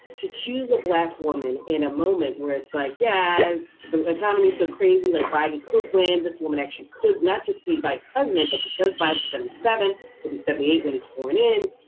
to choose a black woman in a moment where it's like yeah the economy's so crazy, like biden could win, this woman actually could not just be vice president, but because butson seven would be seventy eight when he's sworn in,